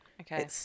Okay